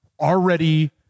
already